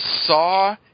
saw